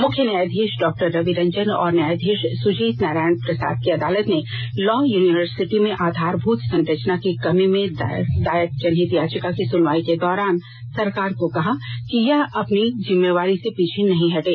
मुख्य न्यायाधीश डॉक्टर रवि रंजन और न्यायाधीश सुजीत नारायण प्रसाद की अदालत ने लॉ यूनिवर्सिटी में आधारमूत संरचना की कमी में दायर एक जनहित याचिका के सुनवाई के दौरान सरकार को कहा कि वह अपनी जिम्मेदारी से पीछे नहीं हटे